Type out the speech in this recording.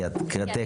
כי את הקראת טקסט.